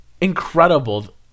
incredible